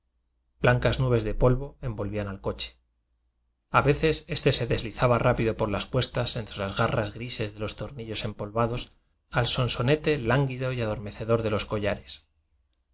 blancas nubes de polvo en volvían al coche a veces este se deslizaba rápido por las cuestas entre las garras gri ses de los tornillos empolvados al sonso nete lánguido y adormecedor de los colla